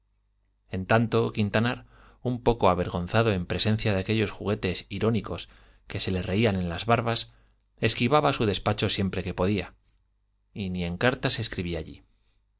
en tanto quintanar un poco avergonzado en presencia de aquellos juguetes irónicos que se le reían en las barbas esquivaba su despacho siempre que podía y ni cartas escribía allí